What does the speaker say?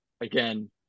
again